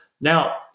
Now